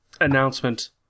announcement